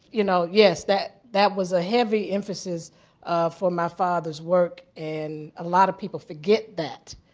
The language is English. you know, yes, that that was a heavy emphasis for my father's work. and a lot of people forget that.